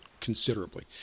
considerably